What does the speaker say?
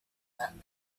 that